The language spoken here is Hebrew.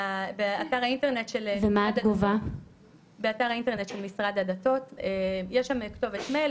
באתר האינטרנט של משרד הדתות יש שם כתובת מייל,